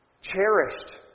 cherished